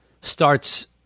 starts